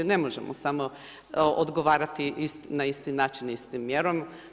Ne možemo samo odgovoriti na isti način istom mjerom.